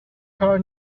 کار